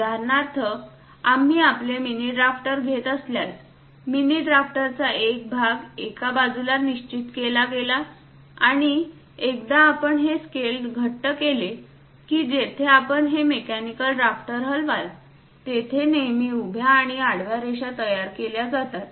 उदाहरणार्थ आम्ही आपले मिनी ड्राफ्टर घेत असल्यास मिनी ड्राफ्टरचा एक भाग एका बाजूला निश्चित केला गेला आणि एकदा आपण हे स्केल घट्ट केले की जिथे आपण हे मेकॅनिकल ड्राफ्टर हलवाल तिथे नेहमी उभ्या आणि आडव्या रेषा तयार केल्या जातात